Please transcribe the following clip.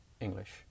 English